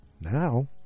now